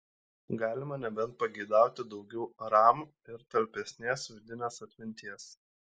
galima nebent pageidauti daugiau ram ir talpesnės vidinės atminties